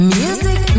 music